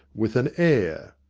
with an air.